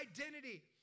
identity